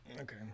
Okay